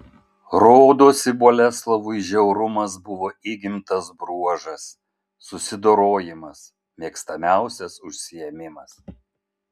rodosi boleslovui žiaurumas buvo įgimtas bruožas susidorojimas mėgstamiausias užsiėmimas